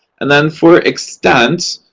and then for extent,